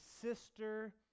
sister